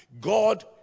God